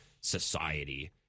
society